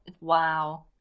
wow